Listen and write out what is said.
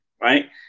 right